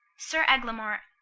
sir eglamour,